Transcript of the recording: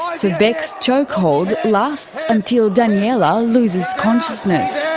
um so bec's chokehold lasts until daniella loses consciousness.